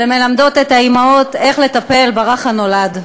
ומלמדות את האימהות איך לטפל ברך הנולד.